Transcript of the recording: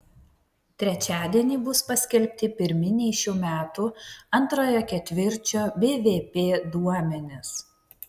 trečiadienį bus paskelbti pirminiai šių metų antrojo ketvirčio bvp duomenys